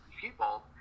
people